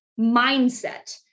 mindset